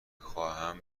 خوام